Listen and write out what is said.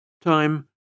Time